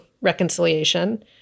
reconciliation